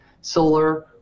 solar